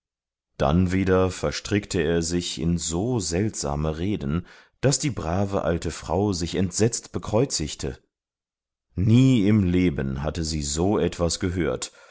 dann wieder verstrickte er sich in so seltsame reden daß die brave alte frau sich entsetzt bekreuzigte nie im leben hatte sie so etwas gehört